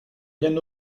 rien